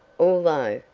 although,